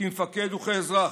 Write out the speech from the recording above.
כמפקד וכאזרח,